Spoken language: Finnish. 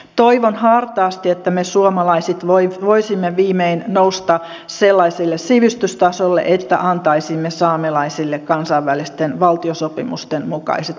toivon hartaasti että me suomalaiset voisimme viimein nousta sellaiselle sivistystasolle että antaisimme saamelaisille kansainvälisten valtiosopimusten mukaiset